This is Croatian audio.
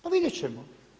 Pa vidjet ćemo.